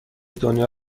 دنیا